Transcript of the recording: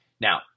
Now